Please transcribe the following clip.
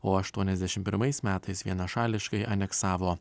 o aštuoniasdešim pirmais metais vienašališkai aneksavo